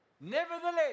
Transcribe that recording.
Nevertheless